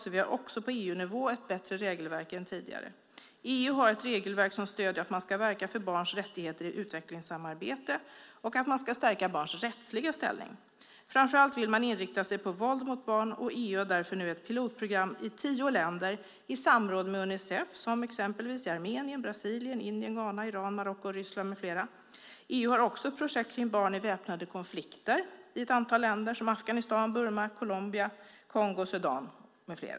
Det finns också på EU-nivå ett bättre regelverk än tidigare. EU har ett regelverk som stöder att man ska verka för barns rättigheter i utvecklingssamarbete och att stärka barns rättsliga ställning. Framför allt vill man inrikta sig på våld mot barn, och EU har därför ett pilotprogram i tio länder i samråd med Unicef, exempelvis Armenien, Brasilien, Indien, Ghana, Iran, Marocko, Ryssland. EU har också projekt för barn i väpnade konflikter i ett antal länder, exempelvis Afghanistan, Burma, Colombia, Kongo, Sudan.